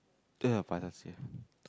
eh your father's here